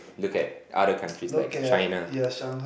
look at other countries like China